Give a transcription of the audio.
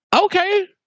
okay